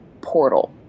portal